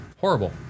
horrible